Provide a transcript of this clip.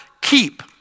keep